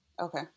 Okay